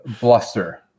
bluster